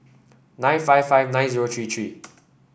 nine five five nine zero three three